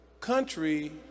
country